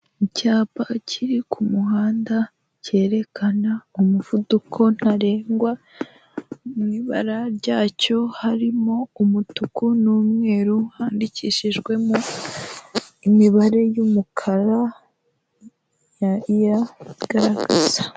Icyapa kiri ku muhanda cyerekana umuvuduko ntarengwa mu ibara ryacyo harimo umutuku n'umweru, handikishijwemo imibare y'umukara yigaragaza.